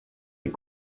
les